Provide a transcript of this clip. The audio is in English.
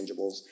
intangibles